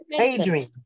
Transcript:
Adrian